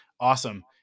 Awesome